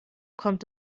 kommt